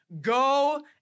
go